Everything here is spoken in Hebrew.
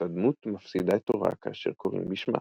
אותה דמות מפסידה את תורה כאשר קוראים בשמה.